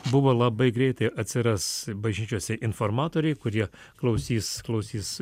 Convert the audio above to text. buvo labai greitai atsiras bažnyčiose informatoriai kurie klausys klausys